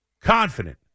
confident